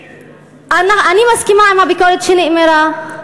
אני מסכימה עם הביקורת שנאמרה,